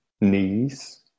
knees